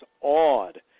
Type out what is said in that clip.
awed